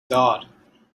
god